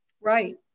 Right